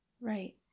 right